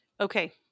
okay